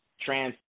trans